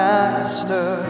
Master